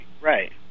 Right